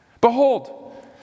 behold